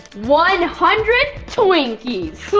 one hundred twinkies! cool!